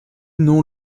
non